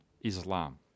Islam